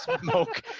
smoke